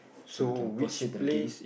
so we can proceed to the game